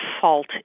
fault